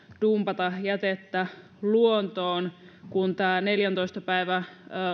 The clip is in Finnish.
dumpata jätettä luontoon kun neljäntoista päivän